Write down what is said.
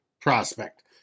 prospect